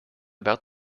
about